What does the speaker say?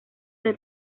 del